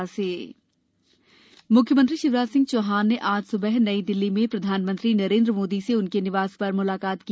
CM मुलाकात मुख्यमंत्री शिवराज सिंह चौहान ने आज सुबह नई दिल्ली में प्रधानमंत्री नरेंद्र मोदी से उनके निवास पर मुलाकात की